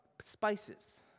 spices